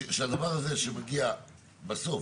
שהדבר הזה שמגיע בסוף,